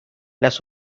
las